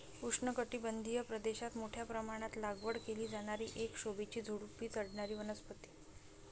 उष्णकटिबंधीय प्रदेशात मोठ्या प्रमाणात लागवड केली जाणारी एक शोभेची झुडुपी चढणारी वनस्पती